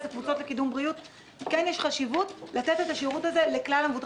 לא הבנתי, את יכולה להסביר?